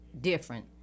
different